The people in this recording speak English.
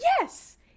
Yes